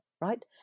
Right